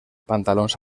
pantalons